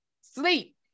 sleep